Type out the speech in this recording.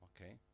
okay